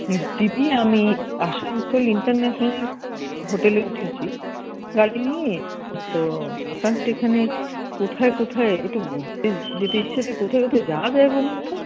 দিদি আমি আসানসোল ইন্টারন্যাশনাল হোটেলে উঠেছি গাড়ি নিয়ে এসেছি তো আপাতত এখানে কোথায় কোথায় একটু ঘুরতে যেতে ইচ্ছে আছে কোথায় কোথায় যাওয়া যায় বলুন তো